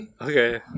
Okay